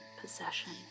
possession